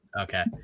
Okay